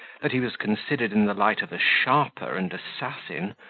that he was considered in the light of a sharper and assassin,